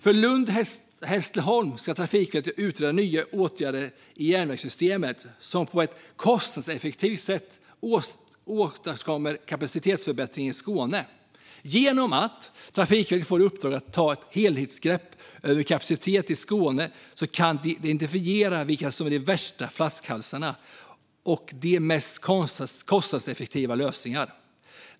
För Lund-Hässleholm ska Trafikverket utreda nya åtgärder i järnvägssystemet som på ett kostnadseffektivt sätt åstadkommer kapacitetsförbättringar i Skåne. Genom att Trafikverket får i uppdrag att ta ett helhetsgrepp över kapaciteten i Skåne kan man identifiera vilka som är de värsta flaskhalsarna och de mest kostnadseffektiva lösningarna.